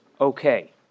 okay